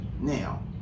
Now